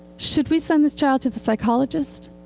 should we send this child to the psychologist?